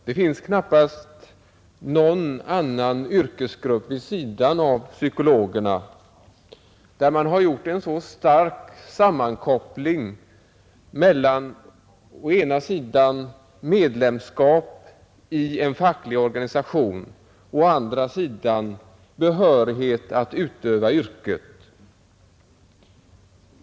Det finns knappast någon annan yrkesgrupp vid sidan av psykologerna där det har skett en så stark sammankoppling mellan å ena sidan medlemskap i en facklig organisation och å andra sidan behörighet att utöva yrket.